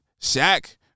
Shaq